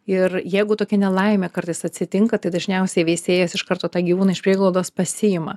ir jeigu tokia nelaimė kartais atsitinka tai dažniausiai veisėjas iš karto tą gyvūną iš prieglaudos pasiima